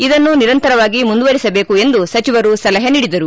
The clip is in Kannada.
ಇದನ್ನು ನಿರಂತರವಾಗಿ ಮುಂದುವರಿಸಬೇಕು ಎಂದು ಸಚಿವರು ಸಲಹೆ ನೀಡಿದರು